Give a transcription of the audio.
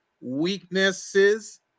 weaknesses